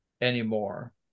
anymore